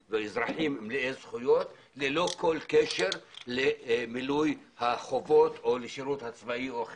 מלאי זכויות ללא כל קשר למילוי החובות או לשירות הצבאי או אחר.